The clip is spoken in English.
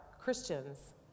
Christians